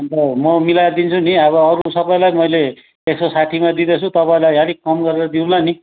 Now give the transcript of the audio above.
अन्त म मिलाएर दिन्छु नि अब अरू सबैलाई मैले एक सौ साठीमा दिँदैछु तपाईँलाई अलिक कम गरेर दिउँला नि